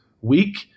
week